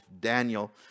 Daniel